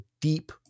deep